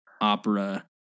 opera